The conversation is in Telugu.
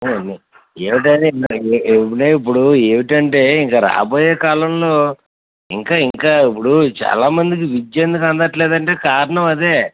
ఏమిటంటే ఇప్పుడు ఏమిటంటే ఇంక రాబోయే కాలంలో ఇంకా ఇంకా ఇప్పుడు చాలా మందికి విద్య అన్నది ఎందుకు అందట్లేదు అంటే కారణం అదే